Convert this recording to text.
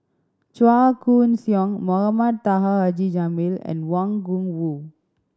Chua Koon Siong Mohamed Taha Haji Jamil and Wang Gungwu